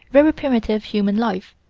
very primitive human life,